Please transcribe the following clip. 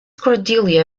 cordelia